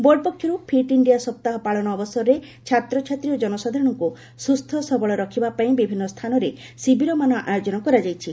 board ପକ୍ଷରୁ fit India ସପ୍ତାହ ପାଳନ ଅବସରରେ ଛାତ୍ରଛାତ୍ରୀ ଓ ଜନସାଧାରଣଙ୍କୁ ସୁସ୍ଥ ସବଳ ରଖିବା ପାଇଁ ବିଭିନ୍ନ ସ୍ଥାନରେ ଶିବିରମାନ ଆୟୋଜନ କରାଯାଇଛି